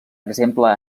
exemple